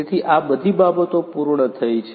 તેથી આ બધી બાબતો પૂર્ણ થઈ છે